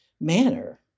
manner